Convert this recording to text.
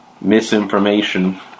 misinformation